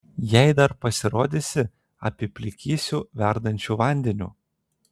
jei dar pasirodysi apiplikysiu verdančiu vandeniu